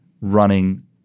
running